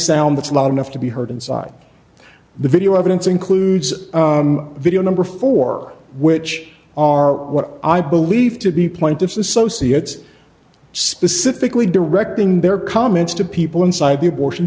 sound that's not enough to be heard inside the video evidence includes video number four which are what i believe to be plaintiff's associates specifically directing their comments to people inside the abortion